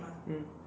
mm